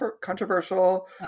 controversial